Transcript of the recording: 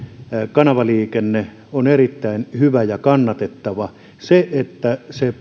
kanavaliikenne on erittäin hyvä ja kannatettava asia se